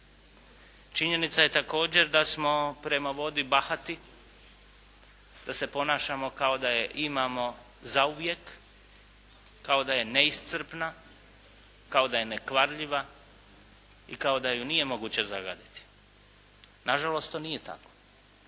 Činjenica je također da smo prema vodi bahati, da se ponašamo kao da je imamo zauvijek, kao da je neiscrpna, kao da je nekvarljiva i kao da je nije moguće zagaditi. Nažalost to nije tako.